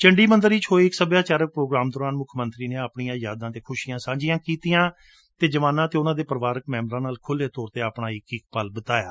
ਚੰਡੀਮੰਦਿਰ ਵਿੱਚ ਹੋਏ ਇੱਕ ਸੱਭਿਆਚਾਰਕ ਪ੍ਰੋਗਰਾਮ ਦੌਰਾਨ ਮੁੱਖਮੰਤਰੀ ਨੇ ਆਪਣੀਆਂ ਯਾਦਾਂ ਅਤੇ ਖੁਸ਼ੀਆਂ ਸਾਂਝੀਆਂ ਕੀਤੀਆਂ ਅਤੇ ਜਵਾਨਾਂ ਅਤੇ ਉਨ੍ਹਾਂ ਦੇ ਪਰਿਵਾਰਕ ਮੈਂਬਰਾਂ ਨਾਲ਼ ਖੁੱਲੇ ਤੌਰ ਤੇ ਆਪਣਾ ਇੱਕ ਇੱਕ ਪਲ ਬਿਤਾਇਆ